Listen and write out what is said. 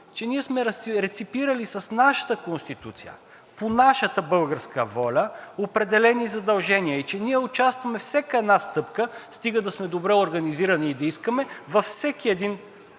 че ние сме рецепирали с нашата Конституция, по нашата българска воля определени задължения и че ние участваме във всяка една стъпка, стига да сме добре организирани и да искаме, във всеки един